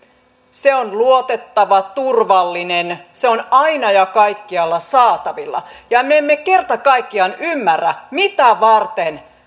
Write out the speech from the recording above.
se on luotettava turvallinen se on aina ja kaikkialla saatavilla ja me emme kerta kaikkiaan ymmärrä mitä varten